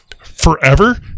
forever